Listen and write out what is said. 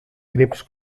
crims